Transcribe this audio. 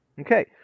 Okay